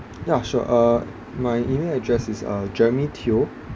yeah sure uh my email address is uh jeremy teo